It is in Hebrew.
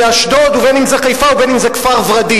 אשדוד ובין שזה חיפה ובין שזה כפר-ורדים.